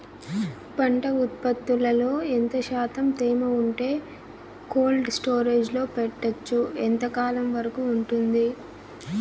పంట ఉత్పత్తులలో ఎంత శాతం తేమ ఉంటే కోల్డ్ స్టోరేజ్ లో పెట్టొచ్చు? ఎంతకాలం వరకు ఉంటుంది